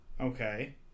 Okay